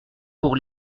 pour